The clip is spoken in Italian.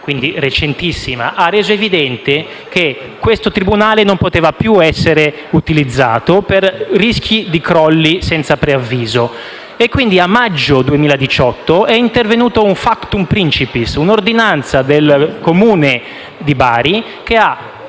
quindi recentissima, ha reso evidente che il tribunale di Bari non poteva più essere utilizzato per il rischio di crolli senza preavviso. Quindi a maggio 2018 è intervenuto un *factum principis*, e cioè un'ordinanza del Comune di Bari che ha